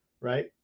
right